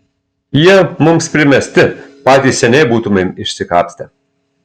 jie mums primesti patys seniai būtumėm išsikapstę